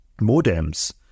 modems